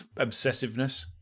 obsessiveness